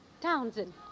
Townsend